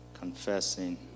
confessing